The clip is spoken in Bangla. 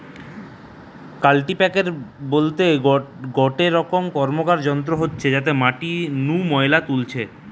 কাল্টিপ্যাকের বলতে গটে রকম র্কমকার যন্ত্র হতিছে যাতে মাটি নু ময়লা তুলতিছে